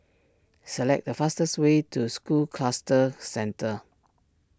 select the fastest way to School Cluster Centre